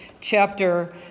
chapter